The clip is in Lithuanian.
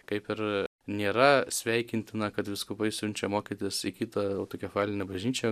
kaip ir nėra sveikintina kad vyskupai siunčia mokytis į kitą autokefalinę bažnyčią